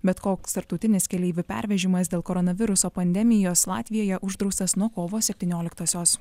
bet koks tarptautinis keleivių pervežimas dėl koronaviruso pandemijos latvijoje uždraustas nuo kovo septynioliktosios